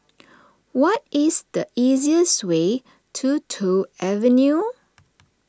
what is the easiest way to Toh Avenue